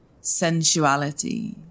sensuality